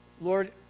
Lord